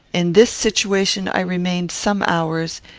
in this situation i remained some hours,